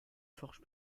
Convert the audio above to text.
forge